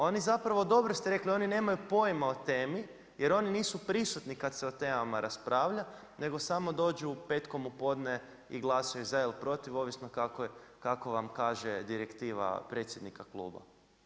Oni zapravo, dobro ste rekli, oni nemaju pojma o temi jer oni nisu prisutni kad se o temama raspravlja, nego samo dođu petkom u podne i glasuju za ili protiv ovisno kako vam kaže direktiva predsjednika kluba.